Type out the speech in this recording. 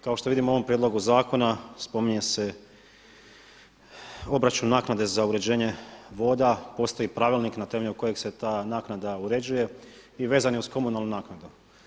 Kao što vidimo u ovom prijedlogu zakona spominje se obračun naknade za uređenje voda, postoji pravilnik na temelju kojeg se ta naknada uređuje i vezan je uz komunalnu naknadu.